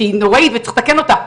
שהיא נוראית וצריך לתקן אותה,